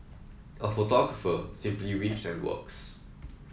a photographer simply weeps and works